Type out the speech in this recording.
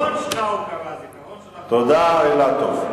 זיכרון, תודה, אילטוב.